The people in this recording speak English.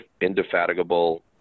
indefatigable